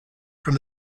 from